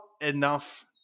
enough